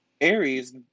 Aries